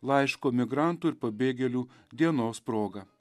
laiško migrantų ir pabėgėlių dienos proga